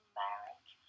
marriage